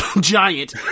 giant